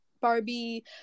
Barbie